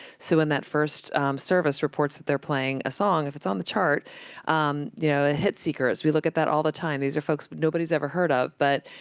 so when that first service reports that they're playing a song, if it's on the chart you know, ah hitseekers we look at that all the time. these are folks but nobody's ever heard of, but,